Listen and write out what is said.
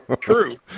true